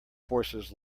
forces